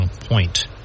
Point